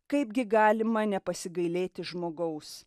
kaipgi galima nepasigailėti žmogaus